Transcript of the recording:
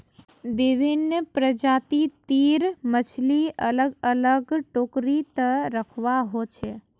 विभिन्न प्रजाति तीर मछली अलग अलग टोकरी त रखवा हो छे